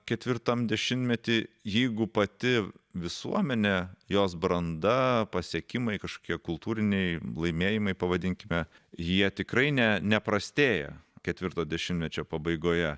ketvirtam dešimtmety jeigu pati visuomenė jos branda pasiekimai kažkokie kultūriniai laimėjimai pavadinkime jie tikrai ne neprastėja ketvirto dešimtmečio pabaigoje